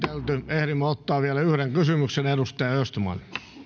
ehdimme ottaa vielä yhden kysymyksen edustaja östman